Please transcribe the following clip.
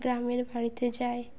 গ্রামের বাড়িতে যাই